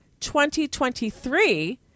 2023